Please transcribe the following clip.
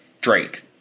drake